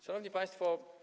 Szanowni Państwo!